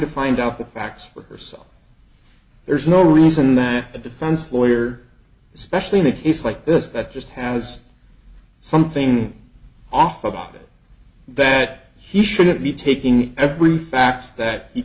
to find out the facts for herself there's no reason that a defense lawyer especially in a case like this that just has something off about it that he shouldn't be taking every fact that you